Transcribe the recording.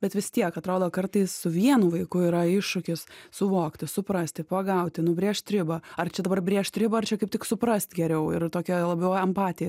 bet vis tiek atrodo kartais su vienu vaiku yra iššūkis suvokti suprasti pagauti nubrėžt ribą ar čia dabar brėžt ribą ar čia kaip tik suprast geriau ir tokią labiau empatiją